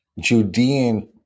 Judean